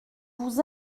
vous